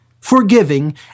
forgiving